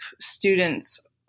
students